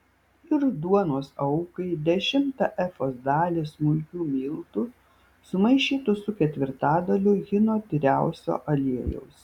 ir duonos aukai dešimtą efos dalį smulkių miltų sumaišytų su ketvirtadaliu hino tyriausio aliejaus